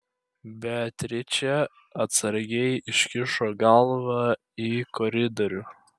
beatričė atsargiai iškišo galvą į koridorių